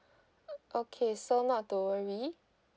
okay so not to worry